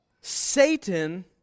Satan